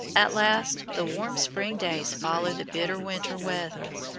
at last the warm spring days followed the bitter winter weather,